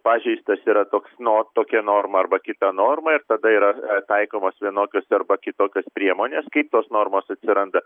pažeistas yra toks no tokia norma arba kita norma ir tada yra taikomos vienokios arba kitokios priemonės kaip tos normos atsiranda